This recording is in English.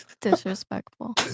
disrespectful